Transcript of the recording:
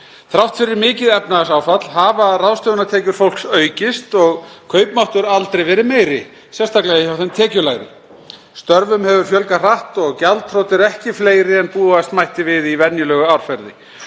Þrátt fyrir mikið efnahagsáfall hafa ráðstöfunartekjur fólks aukist og kaupmáttur aldrei verið meiri, sérstaklega hjá þeim tekjulægri. Störfum hefur fjölgað hratt og gjaldþrot eru ekki fleiri en búast mætti við í venjulegu árferði.